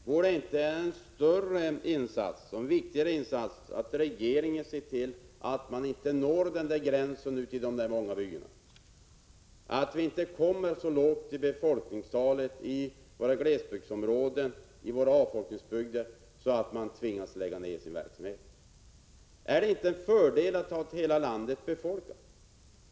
Vore det inte en större insats om regeringen såg till att man inte når den där gränsen ute i byarna, att befolkningstalet inte kommer så lågt i våra glesbygdsområden och avfolkningsbygder att man tvingas lägga ner sin verksamhet? Är det inte en fördel att ha hela landet befolkat?